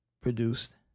produced